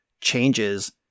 changes